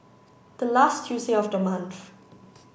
the last Tuesday of the month